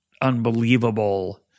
unbelievable